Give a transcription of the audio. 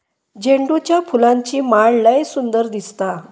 झेंडूच्या फुलांची माळ लय सुंदर दिसता